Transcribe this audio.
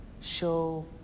show